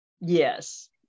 Yes